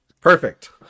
perfect